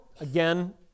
Again